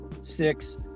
six